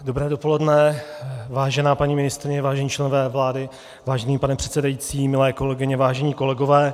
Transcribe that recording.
Dobré dopoledne, vážená paní ministryně, vážení členové vlády, vážený pane předsedající, milé kolegyně, vážení kolegové.